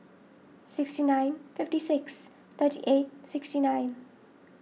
sixty nine fifty six thirty eight sixty nine